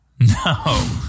No